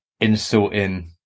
insulting